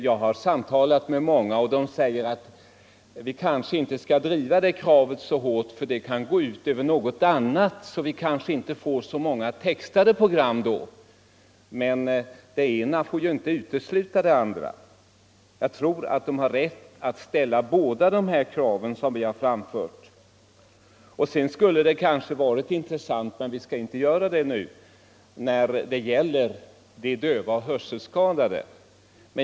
Jag har samtalat med många som sagt: ”Vi kanske inte skall driva det kravet så hårt, för det kan gå ut över något annat — vi kanske inte får så många textade program.” Men det ena får ju inte utesluta det andra. Jag tror att vi har rätt att ställa båda de krav som vi har framfört. Jag har umgåtts med många döva och hörselskadade.